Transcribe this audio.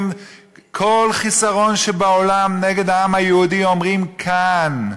כל חיסרון שבעולם נגד העם היהודי אומרים כאן,